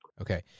Okay